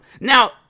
Now